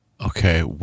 Okay